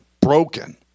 broken